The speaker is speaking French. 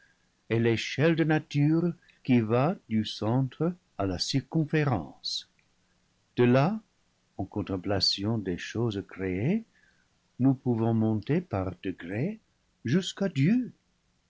et l'échelle de nature qui va du centre à la circonférence de là en contemplation des choses créées nous pouvons monter par degrés jusqu'à dieu